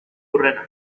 hurrena